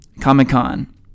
comic-con